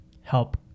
help